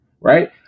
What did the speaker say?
right